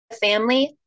Family